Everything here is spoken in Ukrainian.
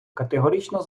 категорично